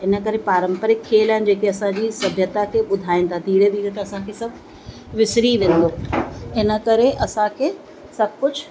इन करे पारंपरिक खेल आहिनि जेके असांजी सभ्यता के ॿुधाइता धीरे धीरे त असांखे सभु विसरी वेंदो इन करे असांखे सभु कुझु